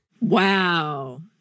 Wow